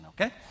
okay